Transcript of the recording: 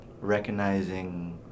recognizing